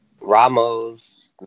ramos